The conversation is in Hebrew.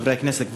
חברי הכנסת,